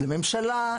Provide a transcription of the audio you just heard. לממשלה,